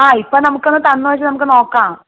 ആ ഇപ്പോൾ നമുക്കൊന്നു തന്നുവച്ചാൽ നമുക്ക് നോക്കാം